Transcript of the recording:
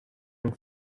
and